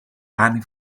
annie